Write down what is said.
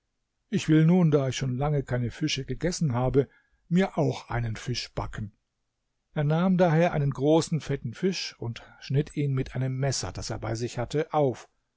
ich will nun da ich schon lange keine fische gegessen habe mir auch einen fisch backen er nahm daher einen großen fetten fisch und schnitt ihn mit einem messer das er bei sich hatte auf